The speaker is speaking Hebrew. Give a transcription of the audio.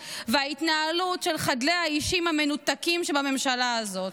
וההתנהלות של חדלי האישים המנותקים שבממשלה הזאת.